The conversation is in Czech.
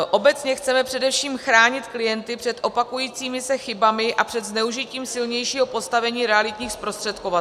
Obecně chceme především chránit klienty před opakujícími se chybami a před zneužitím silnějšího postavení realitních zprostředkovatelů.